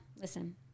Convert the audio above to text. listen